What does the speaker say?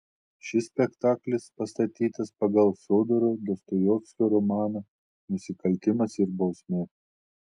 šis spektaklis pastatytas pagal fiodoro dostojevskio romaną nusikaltimas ir bausmė